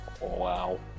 Wow